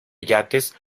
yates